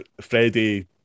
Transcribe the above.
Freddie